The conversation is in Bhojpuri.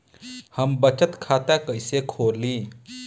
हम बचत खाता कइसे खोलीं?